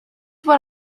what